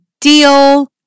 deal